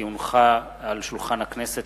כי הונחה על שולחן הכנסת,